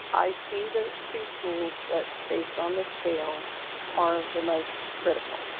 i see the two schools that based on this scale are the most critical.